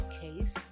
case